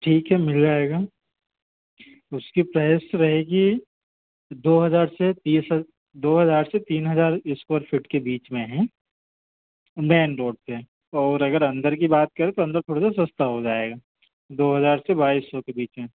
ठीक है मिल जाएगा उसकी प्राइस रहेगी दो हज़ार से तीस हज दो हज़ार से तीन हज़ार स्क्वेर फिट के बीच में है मेन रोड पर और अगर अंदर की बात करें तो अंदर थोड़ा सा सस्ता हो जाएगा दो हज़ार से बाईस सौ के बीच में